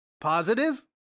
Positive